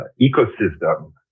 ecosystem